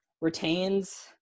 retains